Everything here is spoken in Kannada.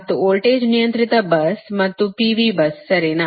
ಮತ್ತು ವೋಲ್ಟೇಜ್ ನಿಯಂತ್ರಿತ bus ಅದು P V bus ಸರಿನಾ